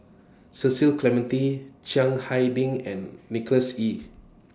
Cecil Clementi Chiang Hai Ding and Nicholas Ee